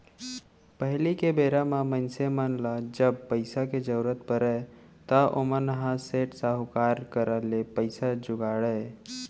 पहिली के बेरा म मनसे मन ल जब पइसा के जरुरत परय त ओमन ह सेठ, साहूकार करा ले पइसा जुगाड़य